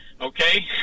Okay